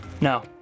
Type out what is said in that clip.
No